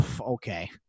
okay